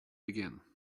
begin